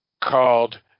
called